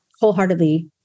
wholeheartedly